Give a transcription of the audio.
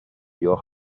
your